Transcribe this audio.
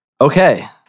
Okay